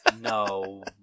no